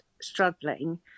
struggling